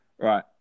Right